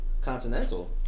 Continental